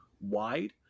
wide